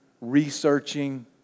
researching